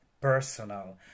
personal